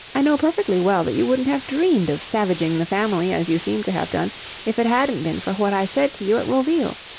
i know perfectly well that you wouldn't have dreamed of savaging the family as you seem to have done if it hadn't been for what i said to you at roville.